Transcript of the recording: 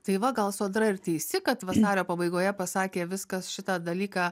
tai va gal sodra ir teisi kad vasario pabaigoje pasakė viskas šitą dalyką